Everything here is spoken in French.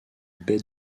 baie